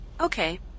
Okay